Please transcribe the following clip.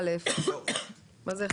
על מועד סיומה באותה הודעה או בהודעה נפרדת.